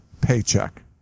paycheck